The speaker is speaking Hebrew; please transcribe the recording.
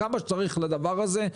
כמה שצריך לדבר הזה.